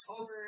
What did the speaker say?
over